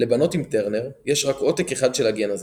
לבנות עם טרנר יש רק עותק אחד של הגן הזה,